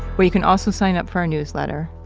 where you can also sign up for our newsletter.